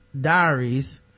diaries